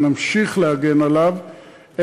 ונמשיך להגן עליו,